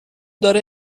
داره